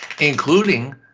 including